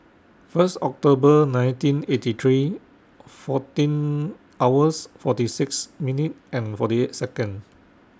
First October nineteen eighty three fourteen hours forty six minute and forty eight Second